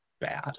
bad